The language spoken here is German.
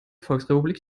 volksrepublik